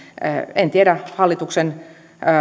en tiedä oliko hallituksen